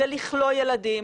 זה לכלוא ילדים,